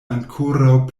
ankoraŭ